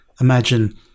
imagine